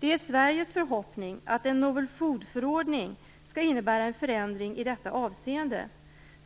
Det är Sveriges förhoppning att en novel foodförordning skall innebära en förändring i detta avseende.